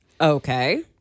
Okay